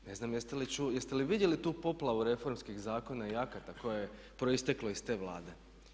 Ne znam jeste li vidjeli tu poplavu reformskih zakona i akata koje je proisteklo iz te Vlade.